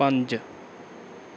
ਪੰਜ